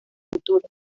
futuro